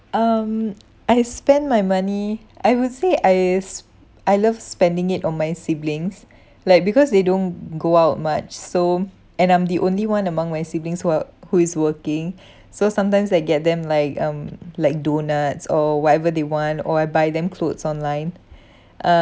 um I spend my money I would say I s~ I love spending it on my siblings like because they don't go out much so and I'm the only one among my siblings who are who is working so sometimes I get them like um like donuts or whatever they want or I buy them clothes online